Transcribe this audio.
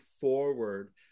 forward